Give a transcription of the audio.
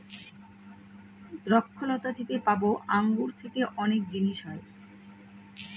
দ্রক্ষলতা থেকে পাবো আঙ্গুর থেকে অনেক জিনিস হয়